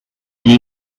gli